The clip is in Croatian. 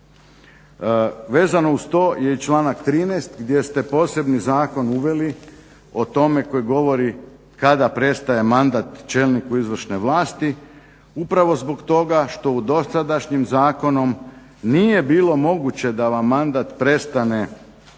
Vezano uz to je i članak 13. gdje ste posebni zakon uveli o tome koji govori kada prestaje mandat čelniku izvršne vlasti upravo zbog toga što dosadašnjim zakonom nije bilo moguće da vam mandat prestane iz